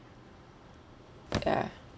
ya